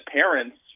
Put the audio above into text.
parents